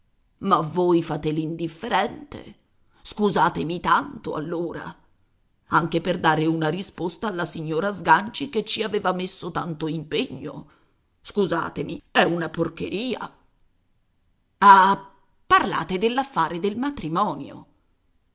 ma voi fate l'indifferente scusatemi tanto allora anche per dare una risposta alla signora sganci che ci aveva messo tanto impegno scusatemi è una porcheria ah parlate dell'affare del matrimonio